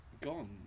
Gone